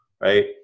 right